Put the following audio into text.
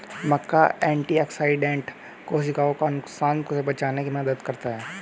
मक्का antioxidant कोशिकाओं को नुकसान से बचाने में मदद करता है